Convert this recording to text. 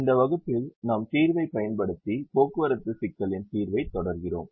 இந்த வகுப்பில் நாம் தீர்வைப் பயன்படுத்தி போக்குவரத்து சிக்கலின் தீர்வைத் தொடர்கிறோம்